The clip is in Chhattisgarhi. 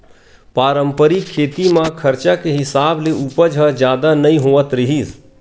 पारंपरिक खेती म खरचा के हिसाब ले उपज ह जादा नइ होवत रिहिस